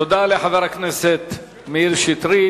תודה לחבר הכנסת מאיר שטרית.